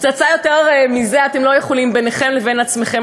פצצה גדולה יותר מזה אתם לא יכולים להביא ביניכם לבין עצמכם.